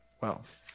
wealth